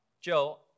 Joe